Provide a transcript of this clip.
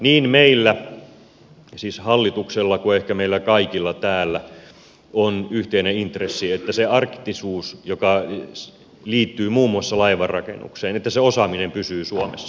niin meillä siis hallituksella kuin ehkä meillä kaikilla täällä on yhteinen intressi että se arktisuus joka liittyy muun muassa laivanrakennukseen että se osaaminen pysyy suomessa